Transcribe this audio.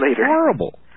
horrible